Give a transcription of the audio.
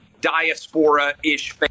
diaspora-ish